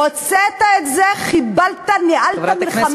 הוצאת את זה, חיבלת, ניהלת מלחמה